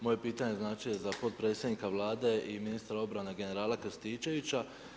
Moje pitanje je za potpredsjednika Vlade i ministra obrane generala Krstičevića.